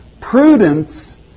Prudence